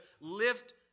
lift